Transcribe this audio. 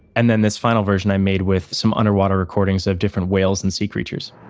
and then this final version i made with some underwater recordings of different whales and sea creatures.